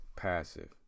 passive